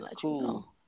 cool